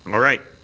all right.